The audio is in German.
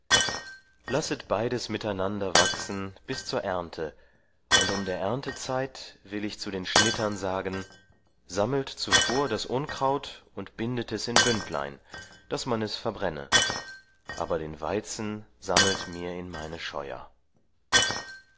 lasset beides miteinander wachsen bis zur ernte und um der ernte zeit will ich zu den schnittern sagen sammelt zuvor das unkraut und bindet es in bündlein daß man es verbrenne aber den weizen sammelt mir in meine scheuer